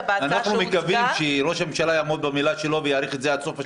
אנחנו מקווים שראש הממשלה יעמוד במילה שלו ויאריך את זה עד סוף התקופה,